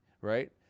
right